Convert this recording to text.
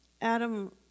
Adam